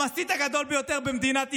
המסית הגדול ביותר במדינת ישראל,